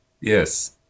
Yes